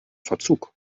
verzug